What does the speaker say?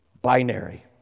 Binary